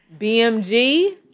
BMG